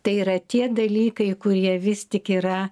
tai yra tie dalykai kurie vis tik yra